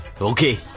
Okay